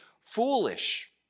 foolish